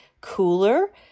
cooler